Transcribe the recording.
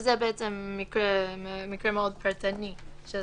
זה בעצם מקרה מאוד פרטני של